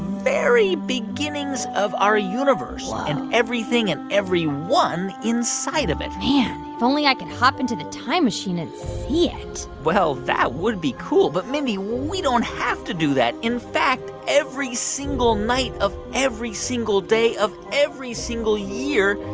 very beginnings of our universe and everything and everyone inside of it man. if only i could hop into the time machine and see it well, that would be cool. but, mindy, we don't have to do that. in fact, every single night of every single day of every single year,